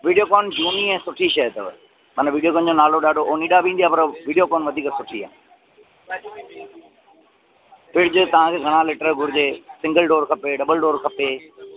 वीडियोकॉन झूनी ऐं सुठी शइ अथव मने वीडियोकॉन जो नालो ॾाढो ओनीडा बि ईंदी आहे पर वीडियोकॉन वधीक सुठी आहे फ्रिज तव्हांखे घणा लीटर घुरिजे सिंगल डोर खपे डबल डोर खपे